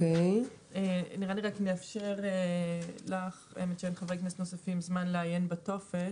כדי לתת לחברי כנסת נוספים זמן לעיין בטופס.